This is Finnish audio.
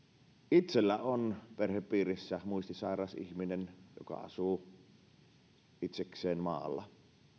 itsellä on perhepiirissä muistisairas ihminen joka asuu itsekseen maalla